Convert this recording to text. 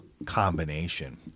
Combination